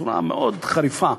בצורה מאוד חריפה,